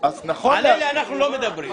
על אלה אנחנו לא מדברים.